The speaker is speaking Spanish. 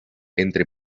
entre